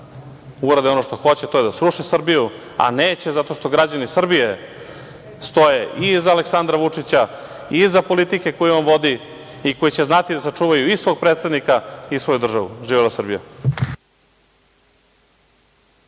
da urade ono što hoće, to je da sruše Srbiju, a neće zato što građani Srbije stoje i iza Aleksandra Vučića i iza politike koju on vodi i koji će znati da sačuvaju i svog predsednika i svoju državu. Živela Srbija!